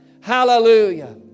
Hallelujah